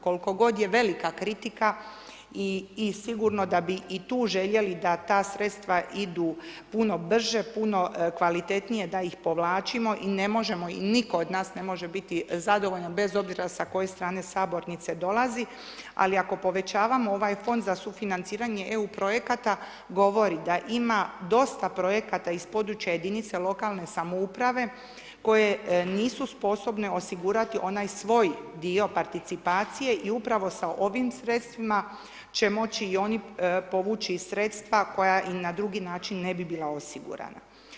Koliko god je velika kritika i sigurno da bi i tu željeli da ta sredstva idu puno brže, puno kvalitetnije da ih povlačimo i ne možemo i nitko od nas ne može biti, zadovoljan bez obzira s koje strane sabornice dolazi, ali ako povećavamo ovaj fond za sufinanciranje EU projekata, govori da ima dosta projekata iz područja jedinica lokalne samouprave koje nisu sposobne osigurati onaj svoj dio participacije i upravo sa ovim sredstvima će moći i oni povući sredstva koja i na drugi način ne bi bila osigurana.